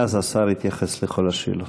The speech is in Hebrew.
ואז השר יתייחס לכל השאלות.